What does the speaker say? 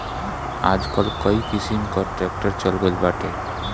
आजकल कई किसिम कअ ट्रैक्टर चल गइल बाटे